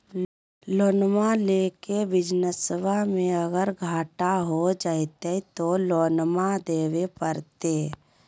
लोनमा लेके बिजनसबा मे अगर घाटा हो जयते तो लोनमा देवे परते?